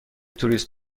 توریست